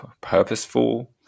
purposeful